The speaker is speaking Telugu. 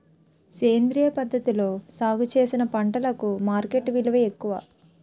సేంద్రియ పద్ధతిలో సాగు చేసిన పంటలకు మార్కెట్ విలువ ఎక్కువ